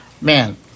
man